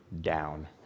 down